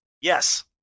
yes